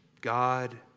God